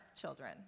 children